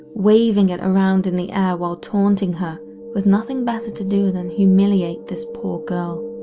waving it around in the air while taunting her with nothing better to do than humiliate this poor girl.